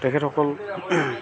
তেখেতসকল